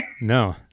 No